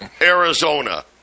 Arizona